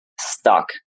stuck